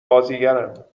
بازیگرم